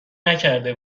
نکرده